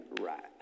right